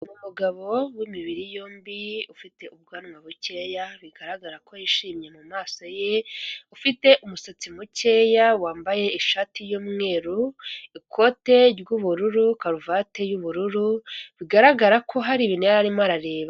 Umugabo w'imibiri yombi ufite ubwanwa bukeya bigaragara ko yishimye mu maso ye, ufite umusatsi mukeya wambaye ishati y'umweru ikote ry'ububuru, karuvati y'ubururu, bigaragara ko hari ibintu yararimo arareba.